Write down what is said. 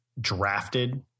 drafted